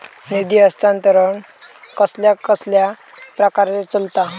निधी हस्तांतरण कसल्या कसल्या प्रकारे चलता?